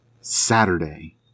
Saturday